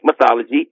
mythology